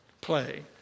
play